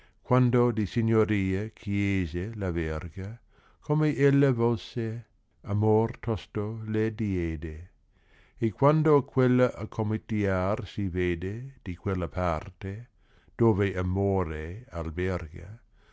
quando di signoria chiese la verga gome ella volse amor tosto le diede e quando quella accomiatar si vede di quella parte dove amore alberga